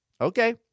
okay